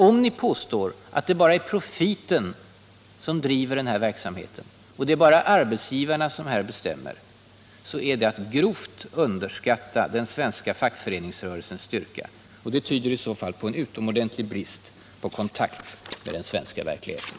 Om ni påstår att det bara är profiten som driver den här verksamheten och att det bara är arbetsgivarna som bestämmer, så är det att grovt underskatta den svenska fackföreningsrörelsens styrka. Och det tyder i så fall på en utomordentlig brist på kontakt med den svenska verkligheten.